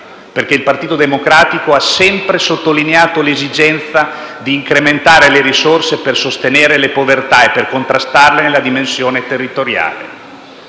perché il Partito Democratico ha sempre sottolineato l'esigenza di incrementare le risorse per sostenere le povertà e per contrastarle nella dimensione territoriale.